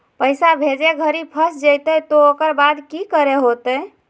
पैसा भेजे घरी फस जयते तो ओकर बाद की करे होते?